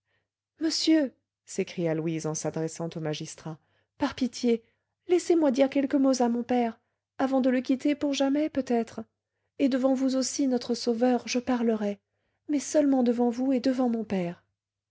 monsieur s'écria louise en s'adressant au magistrat par pitié laissez-moi dire quelques mots à mon père avant de le quitter pour jamais peut-être et devant vous aussi notre sauveur je parlerai mais seulement devant vous et devant mon père